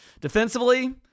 Defensively